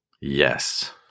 Yes